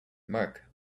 marc